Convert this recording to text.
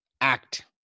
act